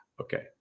Okay